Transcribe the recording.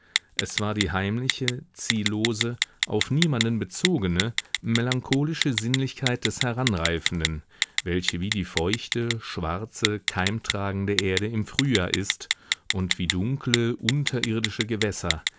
es war die heimliche ziellose auf niemanden bezogene melancholische sinnlichkeit des heranreifenden welche wie die feuchte schwarze keimtragende erde im frühjahr ist und wie dunkle unterirdische gewässer